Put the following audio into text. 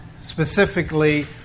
specifically